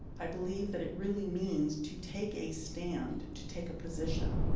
i believe that it really means to take a stand, to take a position.